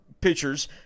pitchers